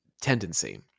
tendency